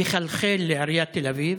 יחלחל לעיריית תל אביב.